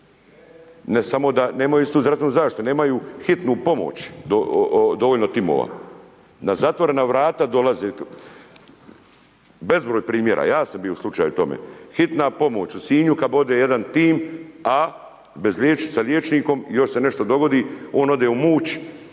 Ne samo da nemaju istu zdravstvenu zaštitu nemaju hitnu pomoć, dovoljno timova. Na zatvorena vrata dolaze, bezbroj primjera, ja sam bio u slučaju tome, hitna pomoć u Sinju kada ode jedan tim a bez liječnika, sa liječnikom još se nešto dogodi, on ode u Muč